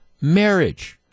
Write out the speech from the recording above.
marriage